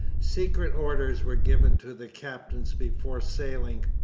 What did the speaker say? secret orders were given to the captains before sailing.